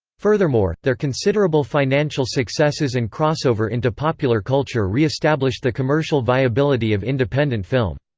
furthermore, their considerable financial successes and crossover into popular culture reestablished the commercial viability of independent film.